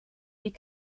die